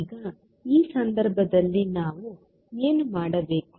ಈಗ ಈ ಸಂದರ್ಭದಲ್ಲಿ ನಾವು ಏನು ಮಾಡಬೇಕು